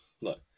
look